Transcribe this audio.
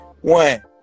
One